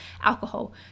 alcohol